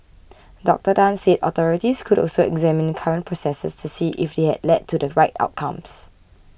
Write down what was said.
Doctor Tan said authorities could also examine the current processes to see if they had led to the right outcomes